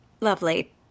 lovely